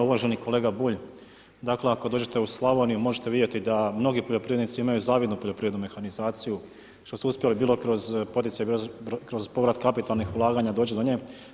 Uvaženi kolega Bulj, dakle ako dođete u Slavoniju možete vidjeti da mnogi poljoprivrednici imaju zavidnu poljoprivrednu mehanizaciju što su uspjeli bilo kroz povrat kapitalnih ulaganja doći do nje.